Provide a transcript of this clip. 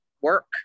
work